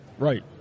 Right